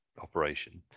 operation